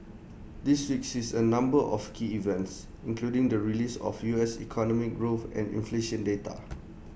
this week sees A number of key events including the release of U S economic growth and inflation data